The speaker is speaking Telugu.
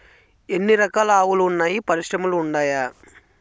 ఎన్ని రకాలు ఆవులు వున్నాయి పరిశ్రమలు ఉండాయా?